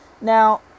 Now